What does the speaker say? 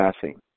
passing